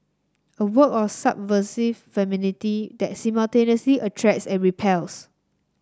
a work of subversive femininity that simultaneously attracts and repels